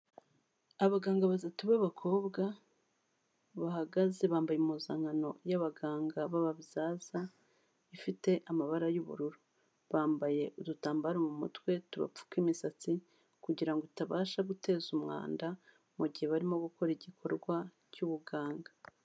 Abaganga batatu b'abakobwa bahagaze, bambaye impuzankano y'abaganga b'ababyaza ifite amabara y'ubururu. Bambaye udutambaro mu mutwe tubapfuka imisatsi, kugira ngo itabasha guteza umwanda, mu gihe barimo gukora igikorwa cy'ubuganga.